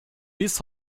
bis